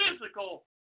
physical